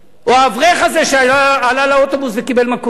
או האברך הזה שעלה לאוטובוס וקיבל מכות,